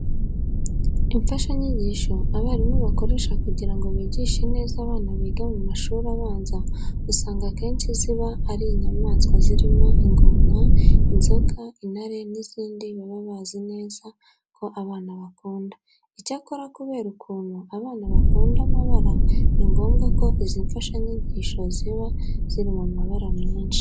Imfashanyigisho abarimu bakoresha kugira ngo bigishe neza abana biga mu mashuri abanza usanga akenshi ziba ari inyamaswa zirimo ingona, inzoka, intare n'izindi baba bazi neza ko abana bakunda. Icyakora kubera ukuntu abana bakunda amabara, ni ngombwa ko izi mfashanyigisho ziba ziri mu mabara menshi.